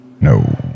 No